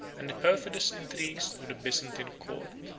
and the perfidious intrigues of the byzantine court.